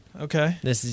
Okay